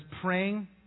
praying